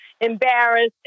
embarrassed